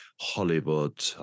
Hollywood